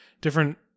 different